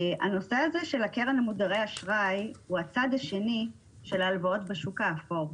הנושא של קרן למודרי אשראי הוא הצד השני של הלוואות בשוק האפור.